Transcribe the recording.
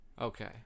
Okay